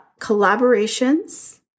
Collaborations